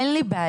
אין לי בעיה,